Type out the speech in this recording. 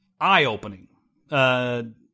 eye-opening